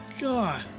God